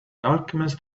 alchemist